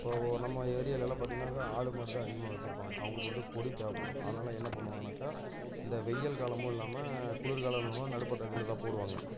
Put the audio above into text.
இப்போது நம்ம ஏரியாவில் எல்லாம் பார்த்தீங்கனாக்கா ஆடு மாடு தான் அதிகமாக வச்சுருப்பாங்க அவர்களுக்கு வந்து கொடி தேவைப்படும் அதனால் என்ன பண்ணுவாங்கனாக்கால் இந்த வெயில் காலமும் இல்லாமல் குளிர் காலமும் இல்லாமல் நடுப்பட்ட இதில் தான் போடுவாங்க